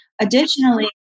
Additionally